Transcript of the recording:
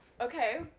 Okay